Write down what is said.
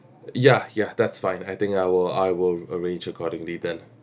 ya ya that's fine I think I will I will arrange accordingly then